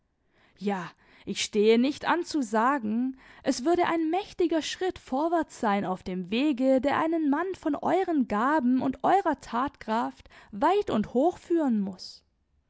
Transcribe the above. ja ich stehe nicht an zu sagen es würde ein mächtiger schritt vorwärts sein auf dem wege der einen mann von euren gaben und eurer tatkraft weit und hoch führen muß